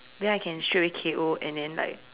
then I can straight away K_O and then like